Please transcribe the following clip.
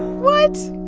what?